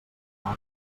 porc